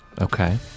Okay